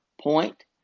point